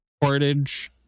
Portage